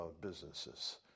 businesses